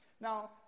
Now